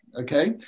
okay